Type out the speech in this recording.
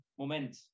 moment